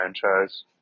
franchise